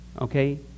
okay